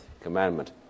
commandment